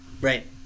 Right